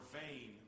vain